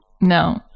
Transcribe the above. no